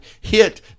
hit